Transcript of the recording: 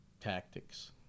tactics